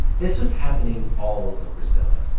this was happening all over brazil.